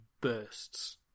bursts